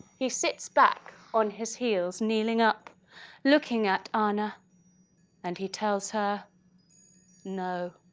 he sits back on his heels kneeling up looking at anna and he tells her no.